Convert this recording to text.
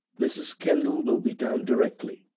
mrs. kendall will be down directly,